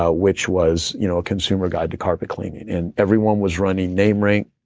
ah which was, you know a consumer guide to carpet cleaning. and everyone was running name, rank,